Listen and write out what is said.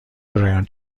برایان